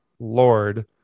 Lord